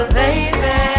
baby